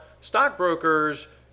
stockbrokers